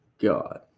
God